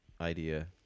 idea